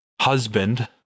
husband